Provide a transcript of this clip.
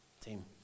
team